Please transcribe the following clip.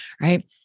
right